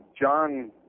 John